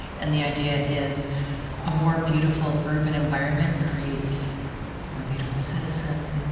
and the idea is a more beautiful urban environment creates a more beautiful citizen.